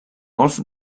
golf